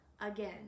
again